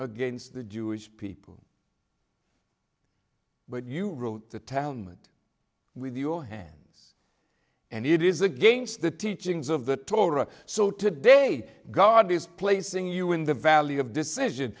against the jewish people but you wrote the talmud with your hands and it is against the teachings of the torah so today god is placing you in the valley of decision